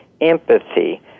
empathy